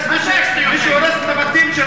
מה זה ה מי שהורס את הבתים של,